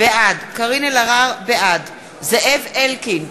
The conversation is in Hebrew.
בעד זאב אלקין,